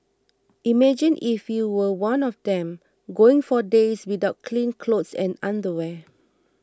imagine if you were one of them going for days without clean clothes and underwear